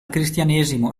cristianesimo